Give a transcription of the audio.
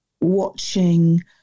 watching